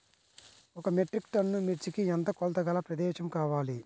ఒక metric tonne మిర్చికి ఎంత కొలతగల ప్రదేశము కావాలీ?